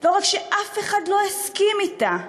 לא רק שאף אחד לא הסכים אתה,